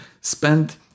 spend